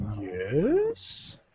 Yes